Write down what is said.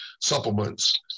supplements